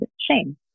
shame